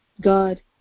God